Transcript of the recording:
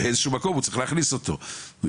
והם צריכים להכניס אותן בדרך כזו או אחרת.